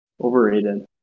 overrated